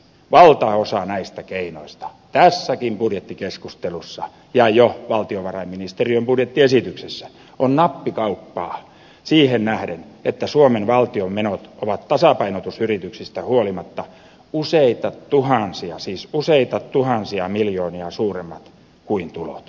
valtaosa näistä keinoista tässäkin budjettikeskustelussa ja jo valtiovarainministeriön budjettiesityksessä on nappikauppaa siihen nähden että suomen valtion menot ovat tasapainotusyrityksistä huolimatta useita tuhansia siis useita tuhansia miljoonia suuremmat kuin tulot